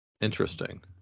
Interesting